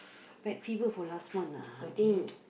bad fever from last month ah I think